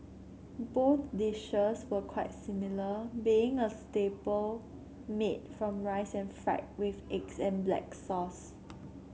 both dishes were quite similar being a staple made from rice and fried with eggs and black sauce